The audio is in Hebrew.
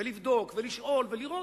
לבדוק ולשאול ולראות,